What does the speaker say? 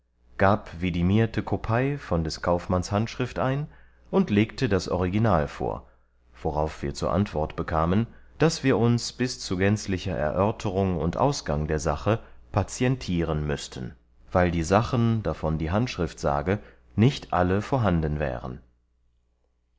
gab vidimierte kopei von des kaufmanns handschrift ein und legte das original vor worauf wir zur antwort bekamen daß wir uns bis zu gänzlicher erörterung und ausgang der sache patientieren müßten weil die sachen davon die handschrift sage nicht alle vorhanden wären